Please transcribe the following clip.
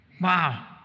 Wow